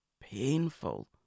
painful